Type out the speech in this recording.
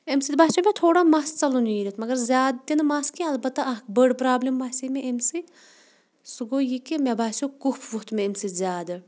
اَمہِ سۭتۍ باسیو مےٚ تھوڑا مَس ژَلُن نیٖرِتھ مگر زیادٕ تہِ نہٕ مَس کیٚنٛہہ البتہ اکھ بٔڑ پرٛابلِم باسے مےٚ اَمہِ سۭتۍ سُہ گوٚو یہِ کہِ مےٚ باسیو کُف ووٚتھ مےٚ اَمہِ سۭتۍ زیادٕ